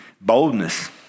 boldness